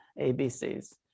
abcs